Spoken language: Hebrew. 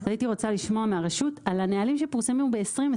הייתי רוצה לשמוע מהרשות על הנהלים שפורסמו ב-2023,